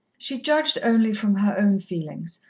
she judged only from her own feelings,